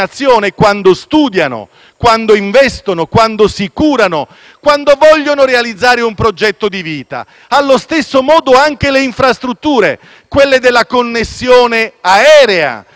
quando vogliono realizzare un progetto di vita. Anche per le infrastrutture della connessione aerea abbiamo fatto in modo che la dicitura di nazionalità